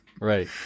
Right